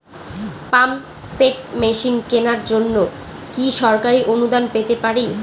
Pump set machine কেনার জন্য কি সরকারি অনুদান পেতে পারি?